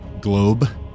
globe